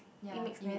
it mix nat